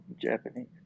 Japanese